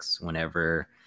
whenever